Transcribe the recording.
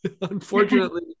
unfortunately